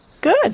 good